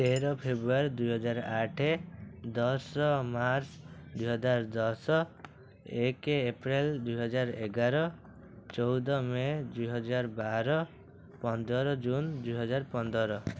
ତେର ଫେବୃୟାରୀ ଦୁଇହଜାର ଆଠେ ଦଶ ମାର୍ଚ୍ଚ ଦୁଇହଜାର ଦଶ ଏକେ ଏପ୍ରେଲ ଦୁଇହାଜର ଏଗାର ଚଉଦ ମେ ଦୁଇହାଜର ବାର ପନ୍ଦର ଜୁନ୍ ଦୁଇହଜାର ପନ୍ଦର